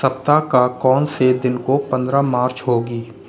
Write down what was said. सप्ताह का कौन से दिन को पंद्रह मार्च होगी